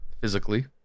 Physically